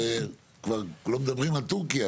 לא מדברים על טורקיה,